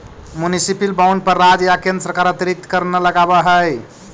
municipal bond पर राज्य या केन्द्र सरकार अतिरिक्त कर न लगावऽ हइ